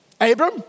Abram